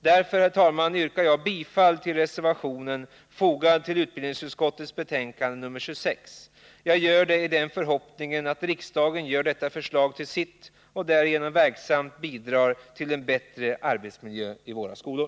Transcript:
Därför, herr talman, yrkar jag bifall till reservationen fogad till utbildningsutskottets betänkande nr 26. Jag gör det i den förhoppningen att riksdagen gör detta förslag till sitt och därigenom verksamt bidrar till en bättre arbetsmiljö i våra skolor.